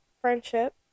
friendship